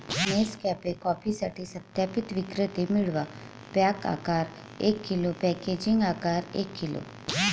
Nescafe कॉफीसाठी सत्यापित विक्रेते मिळवा, पॅक आकार एक किलो, पॅकेजिंग आकार एक किलो